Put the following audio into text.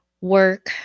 work